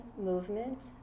movement